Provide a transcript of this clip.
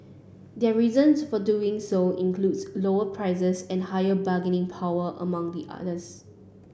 their reasons for doing so includes lower prices and higher bargaining power among the others